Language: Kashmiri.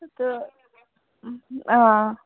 تہٕ اۭں